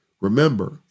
remember